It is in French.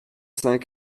cinq